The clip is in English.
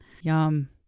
yum